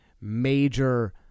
major